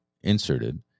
inserted